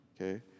Okay